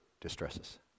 distresses